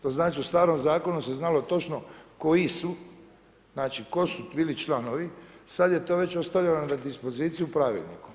To znači da se u starom zakonu se znalo točno koji su, znači tko su bili članovi, sad je to već ostavljeno na dispoziciji pravilniku.